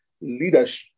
leadership